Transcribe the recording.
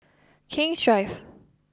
King's Drive